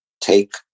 take